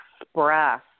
express